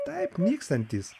taip nykstantys